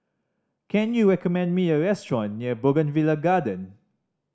can you recommend me a restaurant near Bougainvillea Garden